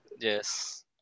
Yes